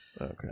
Okay